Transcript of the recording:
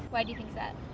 why do you think that?